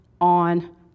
on